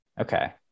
okay